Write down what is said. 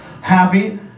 happy